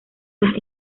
las